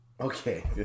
Okay